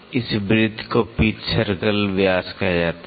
इस वृत्त को पिच सर्कल व्यास कहा जाता है